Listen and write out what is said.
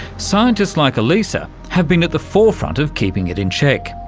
scientists like alyssa have been at the forefront of keeping it in check.